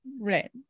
Right